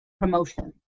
promotion